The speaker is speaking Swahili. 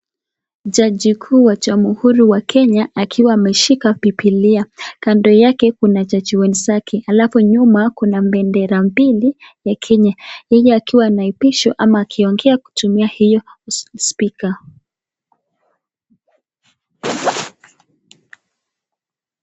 Jaji kuu wa jamhuri wa Kenya akiwa ameshika bibilia, kando yake kuna jaji wenzake alafu nyuma kuna bendera mbili ya Kenya. Yeye akiwa anaapishwa ama akiongea kutumia hio spika.